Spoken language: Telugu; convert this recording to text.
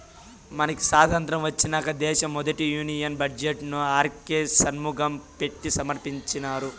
మనకి సాతంత్రం ఒచ్చినంక దేశ మొదటి యూనియన్ బడ్జెట్ ను ఆర్కే షన్మగం పెట్టి సమర్పించినారు